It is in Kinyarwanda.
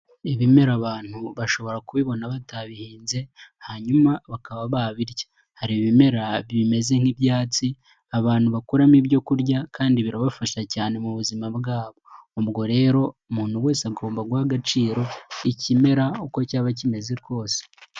Ibimera abantu bashobora kubibona batabihinze, hanyuma bakaba babirya. Hari ibimera bimeze nk'ibyatsi, abantu bakuramo ibyo kurya kandi birabafasha cyane mu buzima bwabo. Ubwo rero umuntu wese agomba guha agaciro, ikimera uko cyaba kimeze kose.